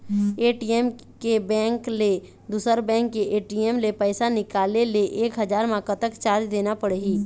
ATM के bank ले दुसर बैंक के ए.टी.एम ले पैसा निकाले ले एक हजार मा कतक चार्ज देना पड़ही?